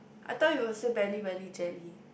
I thought you will say Belly Welly Jelly